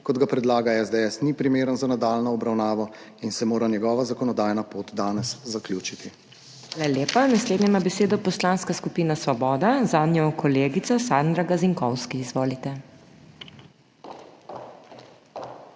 kot ga predlaga SDS, ni primeren za nadaljnjo obravnavo in se mora njegova zakonodajna pot danes zaključiti.